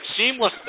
Seamlessly